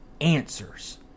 answers